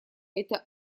это